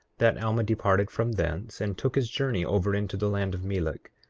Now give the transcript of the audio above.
that alma departed from thence and took his journey over into the land of melek,